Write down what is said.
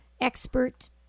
expert